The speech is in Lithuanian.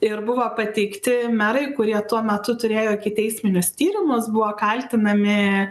ir buvo pateikti merai kurie tuo metu turėjo ikiteisminius tyrimus buvo kaltinami